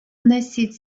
вносить